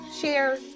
share